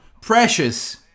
precious